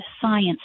science